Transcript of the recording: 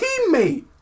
teammate